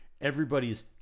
everybody's